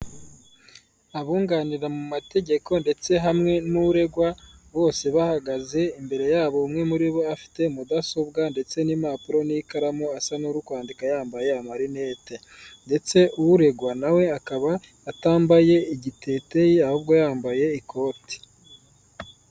Abunganira mu mategeko ndetse hamwe n'uregwa bose bahagaze imbere yabo umwe muri bo afite mudasobwa ndetse n'impapuro n'ikaramu asa nuri kwandika yambaye amarinete ndetse uregwa nawe akaba atambaye igitete ahubwo yambaye ikote.